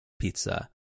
pizza